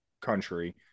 country